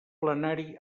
plenari